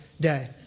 day